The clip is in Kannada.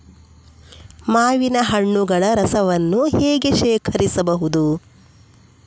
ಮಾವಿನ ಹಣ್ಣುಗಳ ರಸವನ್ನು ಹೇಗೆ ಶೇಖರಿಸಬಹುದು?